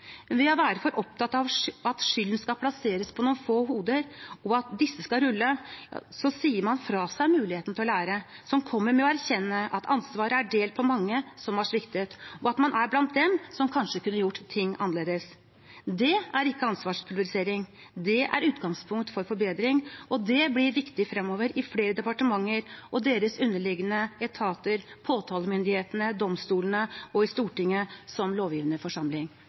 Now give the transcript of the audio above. ved å være for opptatt av at skylden skal plasseres på noen få hoder, og at disse skal rulle, sier man fra seg muligheten til å lære, som kommer ved å erkjenne at ansvaret er delt på mange som har sviktet, og at man er blant dem som kanskje kunne gjort ting annerledes. Det er ikke ansvarspulverisering, det er utgangspunkt for forbedring, og det blir viktig fremover i flere departementer og deres underliggende etater, hos påtalemyndighetene, i domstolene og i Stortinget som